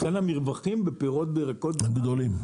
לכן המרווחים בפירות וירקות --- הם גדולים.